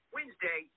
Wednesday